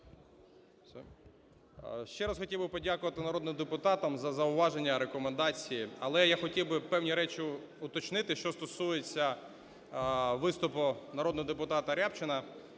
Ще раз хотів би подякувати народним депутатам за зауваження, рекомендації. Але я хотів би певні речі уточнити, що стосується виступу народного депутата Рябчина